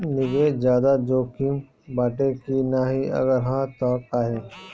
निवेस ज्यादा जोकिम बाटे कि नाहीं अगर हा तह काहे?